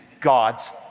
God's